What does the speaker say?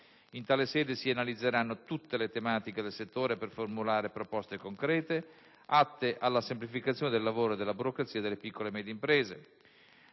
In tale sede si analizzeranno tutte le tematiche del settore per formulare proposte concrete, atte alla semplificazione del lavoro e della burocrazia delle piccole e medie imprese.